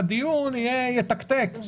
שהדיון יתקתק.